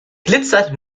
glitzert